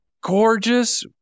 gorgeous